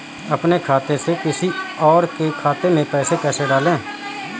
अपने खाते से किसी और के खाते में पैसे कैसे डालें?